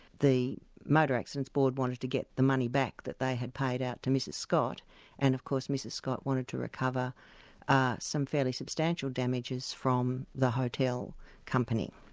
the motor accidents board wanted to get the money back that they had paid out to mrs scott and of course mrs scott wanted to recover some fairly substantial damages from the hotel company.